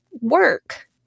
work